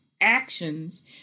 actions